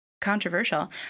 controversial